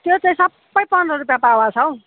त्यो चैँ सबै पन्ध्र रुपियाँ पावा छ हौ